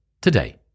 today